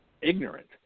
ignorant